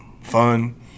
fun